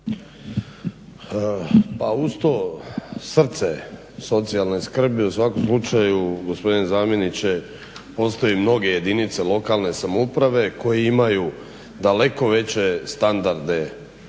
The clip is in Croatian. Uz to srce socijalne skrbi u svakom slučaju gospodine zamjeniče postoje mnoge jedinice lokalne samouprave koje imaju daleko veće standarde